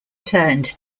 turned